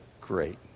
Great